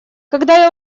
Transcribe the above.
когда